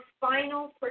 final